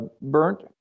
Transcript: burnt